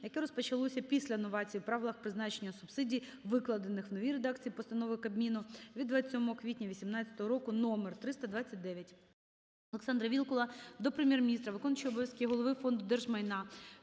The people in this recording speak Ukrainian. яке розпочалося після новації в правилах призначення субсидій, викладених в новій редакції постанови Кабміну від 27 квітня 2018 року № 329.